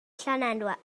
llanelwedd